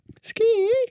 Ski